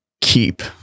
keep